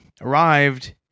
arrived